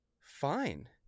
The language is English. fine